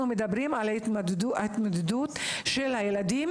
אנחנו מדברים על ההתמודדות של הילדים